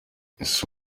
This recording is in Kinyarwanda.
ese